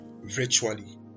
virtually